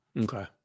Okay